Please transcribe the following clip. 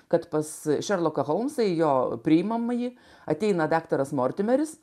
kad pas šerloką holmsą į jo priimamąjį ateina daktaras mortimeris